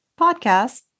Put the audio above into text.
podcast